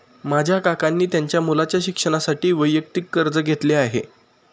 माझ्या काकांनी त्यांच्या मुलाच्या शिक्षणासाठी वैयक्तिक कर्ज घेतले आहे